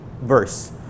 verse